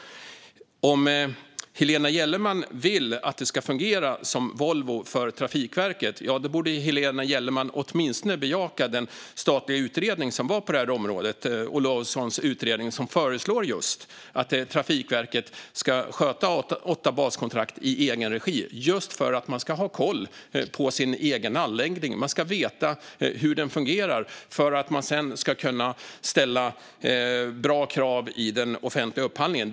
Om Helena Gellerman vill att det ska fungera för Trafikverket som för Volvo borde Helena Gellerman åtminstone bejaka den statliga utredningen på det här området, Olaussons utredning, där det föreslås att Trafikverket ska sköta åtta baskontrakt i egen regi just för att man ska ha koll på sin egen anläggning. Man ska veta hur den fungerar så att man sedan kan ställa bra krav i den offentliga upphandlingen.